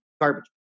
garbage